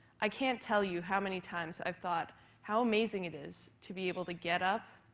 i can't tell you how many times i've thought how amazing it is to be able to get up,